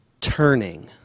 turning